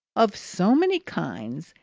of so many kinds,